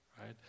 right